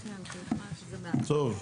טוב.